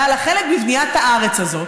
היה לה חלק בבניית הארץ הזאת.